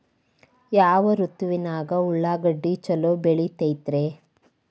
ಯಾವ ಋತುವಿನಾಗ ಉಳ್ಳಾಗಡ್ಡಿ ಛಲೋ ಬೆಳಿತೇತಿ ರೇ?